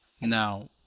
Now